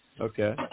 Okay